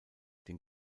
den